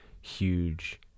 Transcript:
huge